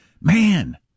man